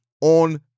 on